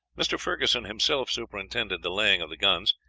mr. ferguson himself superintended the laying of the guns,